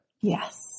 Yes